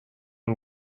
ont